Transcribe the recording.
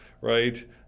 right